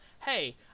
Hey